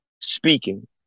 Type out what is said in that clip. speaking